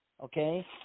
okay